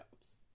jobs